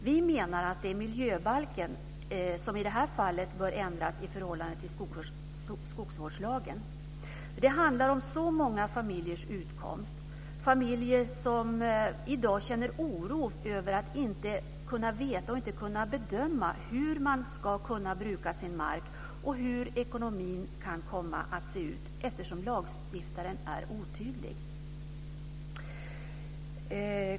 Vi menar att det i det här fallet är miljöbalken som bör ändras i förhållande till skogsvårdslagen. Det handlar om så många familjers utkomst - familjer som i dag känner oro över att inte veta och inte kunna bedöma hur man ska kunna bruka sin mark och hur ekonomin kan komma att se ut, eftersom lagstiftaren är otydlig.